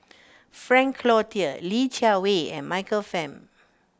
Frank Cloutier Li Jiawei and Michael Fam